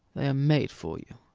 they are made for you.